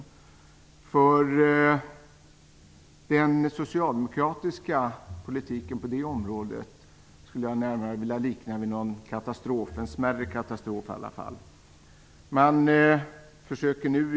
Jag skulle närmast vilja likna den socialdemokratiska politiken på det området vid åtminstone en smärre katastrof.